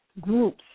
groups